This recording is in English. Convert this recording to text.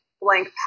blank